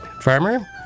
Farmer